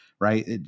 Right